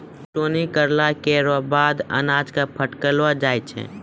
ओसौनी करला केरो बाद अनाज क फटकलो जाय छै